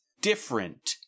different